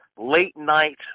late-night